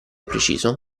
preciso